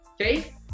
okay